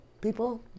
people